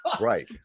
right